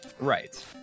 Right